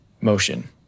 motion